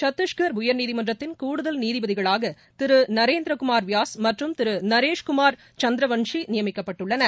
சத்திஷ்கர் உயர்நீதிமன்றத்தின் கூடுதல் நீதிபதிகளாக திரு நரேந்திரகுமார் வியாஸ் மற்றும் திரு நரேஷ்குமார் சந்திரவன்சி நியமிக்கப்பட்டுள்ளனர்